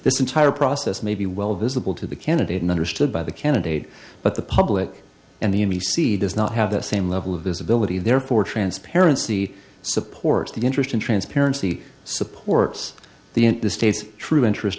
this entire process may be well visible to the candidate and understood by the candidate but the public and the m d c does not have the same level of visibility therefore transparency supports the interest in transparency supports the in the states true interest